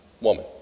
Woman